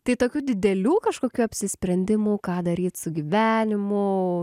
tai tokių didelių kažkokių apsisprendimų ką daryt su gyvenimu